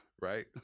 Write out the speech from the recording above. right